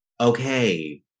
okay